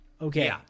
Okay